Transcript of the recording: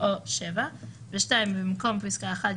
בשאיפה שנגיע לשם ונתייצב על המספרים האלה,